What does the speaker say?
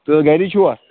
تہٕ گری چھُوا